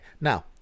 now